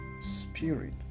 spirit